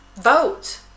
vote